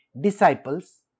disciples